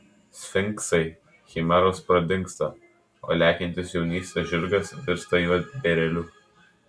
sfinksai chimeros pradingsta o lekiantis jaunystės žirgas virsta juodbėrėliu